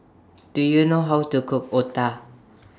Do YOU know How to Cook Otah